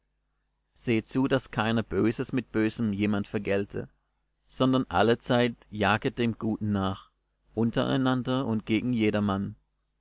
sehet zu daß keiner böses mit bösem jemand vergelte sondern allezeit jaget dem guten nach untereinander und gegen jedermann